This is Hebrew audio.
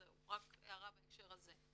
זו הערה בהקשר הזה.